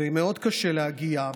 ומאוד קשה להגיע,